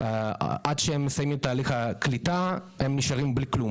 עד שהם מסיימים את תהליך הקליטה הם נשארים בלי כלום.